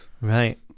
right